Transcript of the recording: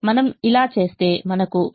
మనము ఇలా చేస్తే మనకు v1 10 v2 9